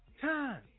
time